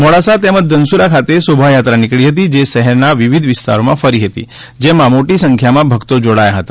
મોડાસા તેમજ ધનસુરા ખાતે શોભાયાત્રા નિકળી હતી જે શહેરના વિવિધ વિસ્તારોમાં ફરી હતી જેમાં મોટી સંખ્યામાં ભક્તો જોડાયા હતા